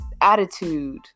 attitude